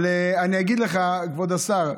אבל אני אגיד לך, כבוד השר,